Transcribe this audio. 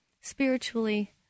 spiritually